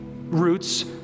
roots